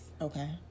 Okay